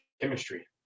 chemistry